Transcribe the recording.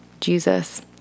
Jesus